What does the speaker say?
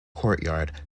courtyard